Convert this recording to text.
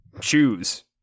Choose